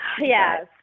yes